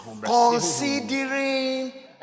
Considering